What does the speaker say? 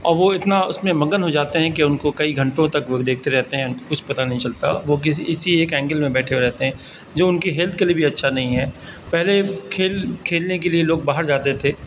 اور وہ اتنا اس میں مگن ہو جاتے ہیں کہ ان کو کئی گھنٹوں تک وہ دیکھتے رہتے ہیں ان کچھ پتا نہیں چلتا وہ ک اسی ایک اینگل میں بیٹھے ہوئے رہتے ہیں جو ان کی ہیلتھ کے لیے بھی اچھا نہیں ہے پہلے کھیل کھیلنے کے لیے لوگ باہر جاتے تھے